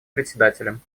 председателем